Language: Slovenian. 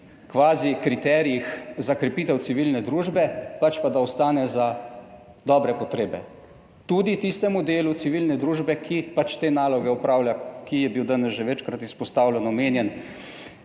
kvazi kriterijih za krepitev civilne družbe, pač pa, da ostane za dobre potrebe tudi tistemu delu civilne družbe, ki te naloge opravlja, ki je bil danes že večkrat izpostavljen, omenjen